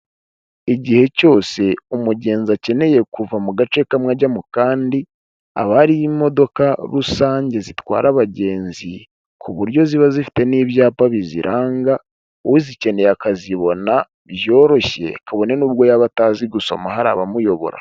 Igihe cyose umugenzi akeneye kuva mu gace kamwe ajyamo kandi, haba hari imodoka rusange zitwara abagenzi, ku buryo ziba zifite n'ibyapa biziranga, uzikeneye akazibona byoroshye, kabone nubwo yaba atazi gusoma hari abamuyobora.